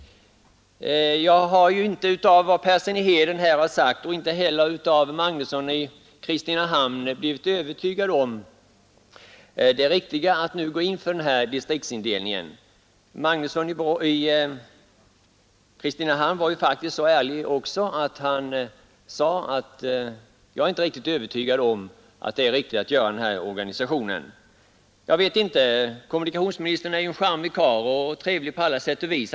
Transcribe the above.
Jag har inte av vad herr Persson i Heden och inte heller av det herr Magnusson i Kristinehamn sagt blivit övertygad om det riktiga i att nu gå in för den här distriktsindelningen. Herr Magnusson i Kristinehamn var så ärlig att han sade: Jag är inte alldeles övertygad om att det är riktigt att göra den här organisationen. Kommunikationsministern är en charmig karl och trevlig på alla sätt och vis.